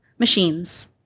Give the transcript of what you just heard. Machines